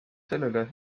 sellele